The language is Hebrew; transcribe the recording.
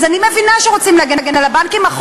אז אני מבינה שרוצים להגן על הבנקים.